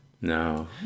no